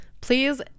Please